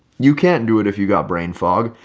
you can't do it. if you got brain fog.